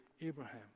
Abraham